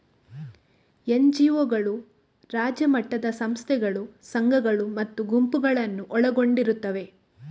ಎನ್.ಜಿ.ಒಗಳು ರಾಜ್ಯ ಮಟ್ಟದ ಸಂಸ್ಥೆಗಳು, ಸಂಘಗಳು ಮತ್ತು ಗುಂಪುಗಳನ್ನು ಒಳಗೊಂಡಿರುತ್ತವೆ